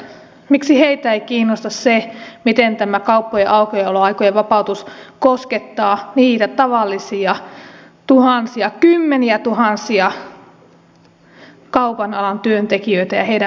miksi heitä ei kiinnosta se miten tämä kauppojen aukioloaikojen vapautus koskettaa niitä tavallisia tuhansia kymmeniätuhansia kaupan alan työntekijöitä ja heidän perheitään